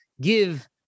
give